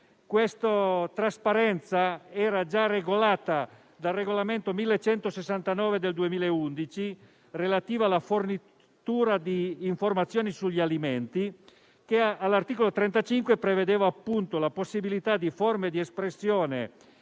questa trasparenza era già regolata dal Regolamento n. 1169 del 2011, relativo alla fornitura di informazioni sugli alimenti, che all'articolo 35 prevedeva, appunto, la possibilità di forme di espressione